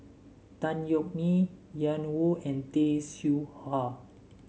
Tan Yeok Nee Ian Woo and Tay Seow Huah